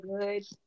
good